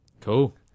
cool